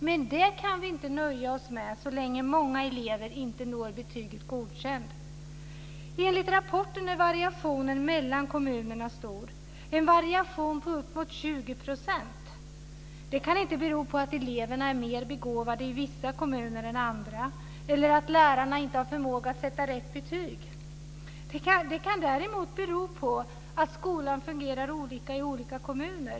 Men det kan vi inte nöja oss med så länge många elever inte når betyget Godkänd. Enligt rapporten är variationen mellan kommunerna stor, en variation på uppemot 20 %. Det kan inte bero på att eleverna är mer begåvade i vissa kommuner än andra eller att lärarna inte har förmåga att sätta rätt betyg. Det kan däremot bero på att skolan fungerar olika i olika kommuner.